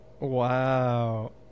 Wow